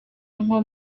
nko